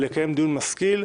נקיים דיון משכיל,